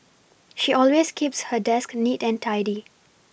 she always keeps her desk neat and tidy